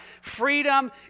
Freedom